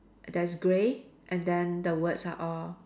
that is grey and then the words are all